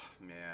man